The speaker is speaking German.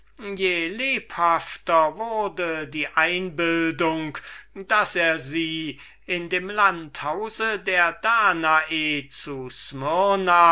je lebhafter wurde die einbildung daß er sie in dem landhause der danae zu